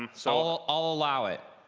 so. i'll allow it.